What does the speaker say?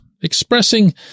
expressing